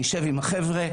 נשב עם החבר'ה,